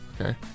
Okay